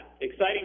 exciting